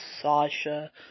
Sasha